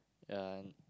ya